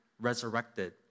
resurrected